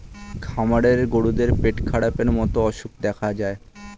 খামারের গরুদের পেটখারাপের মতো অসুখ দেখা যায়